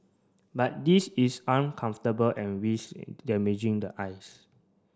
but this is uncomfortable and risk damaging the eyes